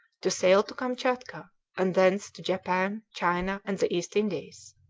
to sail to kamtchatka and thence to japan, china, and the east indies.